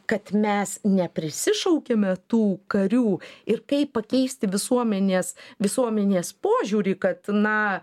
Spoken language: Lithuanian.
kad mes neprisišaukiame tų karių ir kaip pakeisti visuomenės visuomenės požiūrį kad na